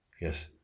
Yes